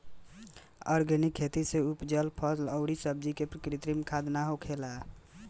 organic खेती से उपजल फल अउरी सब्जी में कृत्रिम खाद ना होखेला